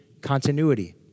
continuity